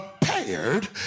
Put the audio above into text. prepared